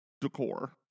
decor